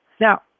Now